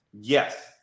Yes